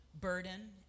Burden